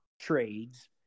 trades